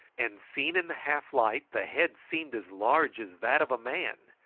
and, seen in the half light, the head seemed as large as that of a man.